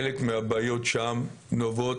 חלק מהבעיות שם נובעות,